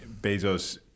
Bezos